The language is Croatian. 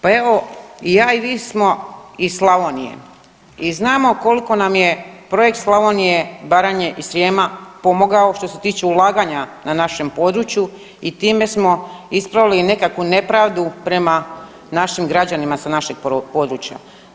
Pa evo i ja i vi smo iz Slavonije i znamo koliko nam je projekt Slavonije, Baranje i Srijema pomogao što se tiče ulaganja na našem području i time smo ispravili i nekakvu nepravdu prema našim građanima sa našeg područja.